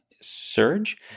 surge